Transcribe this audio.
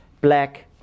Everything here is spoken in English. black